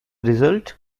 result